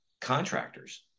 Contractors